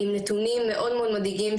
עם נתונים מאוד מאוד מדאיגים,